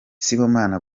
sibomana